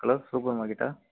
hello super மார்க்கெட்டா